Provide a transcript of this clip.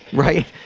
right?